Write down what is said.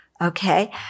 okay